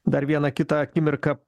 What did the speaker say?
dar vieną kitą akimirką